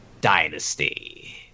dynasty